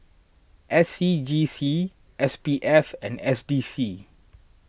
S C G C S P F and S D C